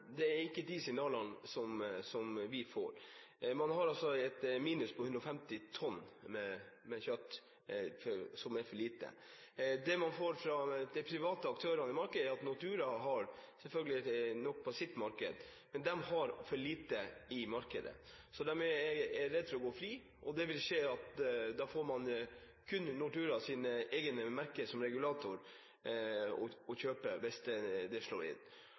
det er ikke de signalene vi får om at man har 150 tonn kjøtt for lite. Det man får høre fra de private aktørene i markedet, er at Nortura selvfølgelig har nok på sitt marked, mens de selv har for lite på markedet. De er redd for å gå tomme. Hvis dette slår inn, vil det kunne skje at man kun får kjøpt regulatoren Norturas egne merker.